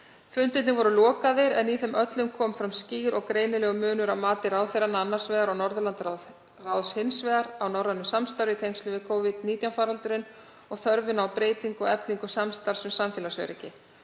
Fundirnir voru lokaðir en á þeim öllum kom fram skýr og greinilegur munur á mati ráðherranna annars vegar og Norðurlandaráðs hins vegar á norrænu samstarfi í tengslum við Covid-19 faraldrinum og þörfina á breytingu og eflingu samstarfs um samfélagsöryggi.